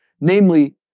namely